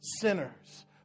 Sinners